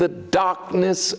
the darkness